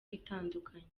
itandukanye